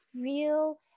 real